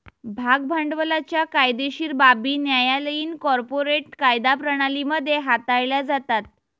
भाग भांडवलाच्या कायदेशीर बाबी न्यायालयीन कॉर्पोरेट कायदा प्रणाली मध्ये हाताळल्या जातात